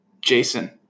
Jason